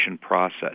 process